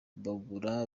bagura